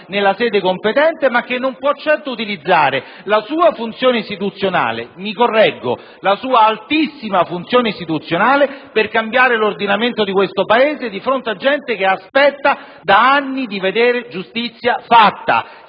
nella sede competente, ma che non può certo utilizzare la sua funzione istituzionale, mi correggo la sua altissima funzione istituzionale, per cambiare l'ordinamento di questo Paese di fronte a gente che aspetta da anni di vedere giustizia fatta,